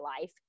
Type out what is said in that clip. life